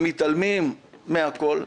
ומתעלמים מכול.